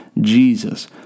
Jesus